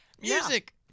Music